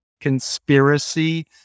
conspiracy